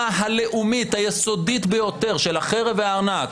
הלאומית היסודית ביותר של החרב והארנק